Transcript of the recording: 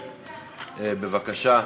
בבקשה,